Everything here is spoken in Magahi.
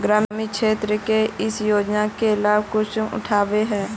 ग्रामीण क्षेत्र में इस योजना के लाभ कुंसम उठावे है?